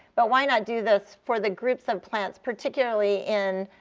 but why not do this for the groups of plants, particularly in